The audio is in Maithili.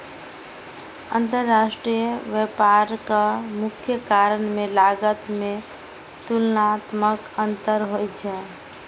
अंतरराष्ट्रीय व्यापारक मुख्य कारण मे लागत मे तुलनात्मक अंतर होइ छै